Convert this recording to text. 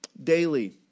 Daily